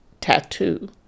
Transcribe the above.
tattoo